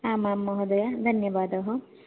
आमां महोदये धन्यवादः